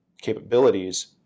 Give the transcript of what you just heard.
capabilities